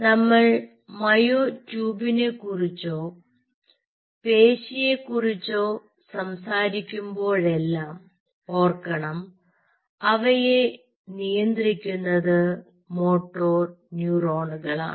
നമ്മൾ മയോട്യൂബിനെക്കുറിച്ചോ പേശിയെക്കുറിച്ചോ സംസാരിക്കുമ്പോഴെല്ലാം ഓർക്കണം അവയെ നിയന്ത്രിക്കുന്നത് മോട്ടോർ ന്യൂറോണുകളാണ്